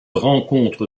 rencontre